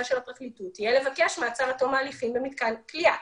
של הפרקליטות תהיה לבקש מעצר עד תום ההליכים במתקן כליאה.